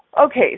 Okay